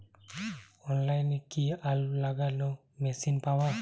অনলাইনে কি আলু লাগানো মেশিন পাব?